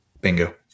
bingo